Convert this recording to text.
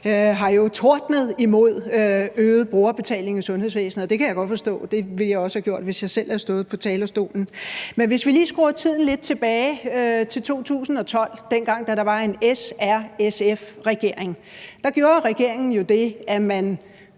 har jo tordnet imod øget brugerbetaling i sundhedsvæsenet, og det kan jeg godt forstå – det ville jeg også have gjort, hvis jeg selv have stået på talerstolen. Men lad os lige skrue tiden lidt tilbage til 2012, dengang der var en S-R-SF-regering. Da gjorde regeringen jo det, at den